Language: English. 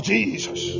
Jesus